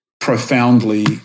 profoundly